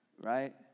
Right